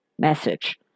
message